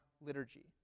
liturgy